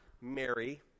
Mary